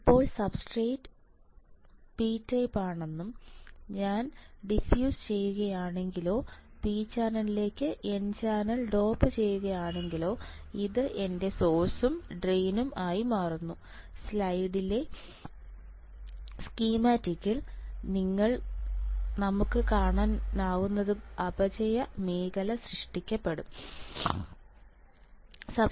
ഇപ്പോൾ substrate P type ആണെന്നും ഞാൻ ഡിഫ്യൂസ് ചെയ്യുകയാണെങ്കിലോ പി ചാനലിലേക്ക് എൻ ചാനൽ ഡോപ്പ് ചെയ്യുകയാണെങ്കിലോ ഇത് എന്റെ സോഴ്സും ഡ്രെയിനും ആയി മാറുന്നു സ്ലൈഡിലെ സ്കീമമാറ്റിക്സിൽ നിന്ന് നമുക്ക് കാണാനാകുന്നതുപോലെ അപചയ മേഖല സൃഷ്ടിക്കപ്പെടും